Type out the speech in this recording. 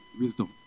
wisdom